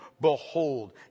Behold